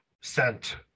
sent